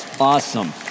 Awesome